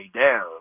down